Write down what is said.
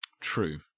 True